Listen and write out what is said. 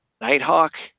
Nighthawk